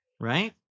Right